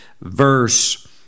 verse